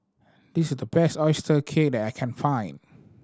this the best oyster cake that I can find